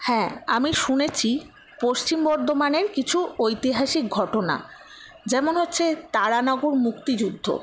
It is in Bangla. হ্যাঁ আমি শুনেছি পশ্চিম বর্ধমানের কিছু ঐতিহাসিক ঘটনা যেমন হচ্ছে তারানগর মুক্তি যুদ্ধ